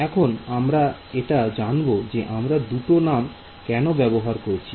এখন আমরা এটা জানব যে আমরা দুটো নাম কেন ব্যবহার করছি